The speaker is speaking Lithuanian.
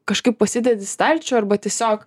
kažkaip pasidedi į stalčių arba tiesiog